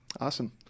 Awesome